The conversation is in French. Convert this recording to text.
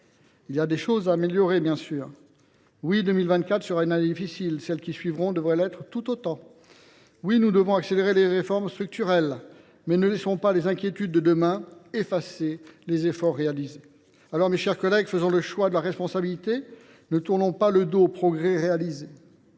Il y a des choses à améliorer, bien sûr. Oui, 2024 sera une année difficile, et celles qui suivront devraient l’être tout autant. Oui, nous devons accélérer les réformes structurelles. Mais ne laissons pas les inquiétudes de demain effacer les efforts réalisés. Alors, mes chers collègues, faisons le choix de la responsabilité. Ne tournons pas le dos aux progrès accomplis.